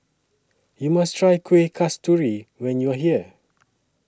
YOU must Try Kueh Kasturi when you're here